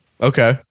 Okay